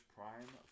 Prime